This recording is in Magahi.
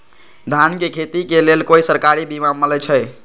धान के खेती के लेल कोइ सरकारी बीमा मलैछई?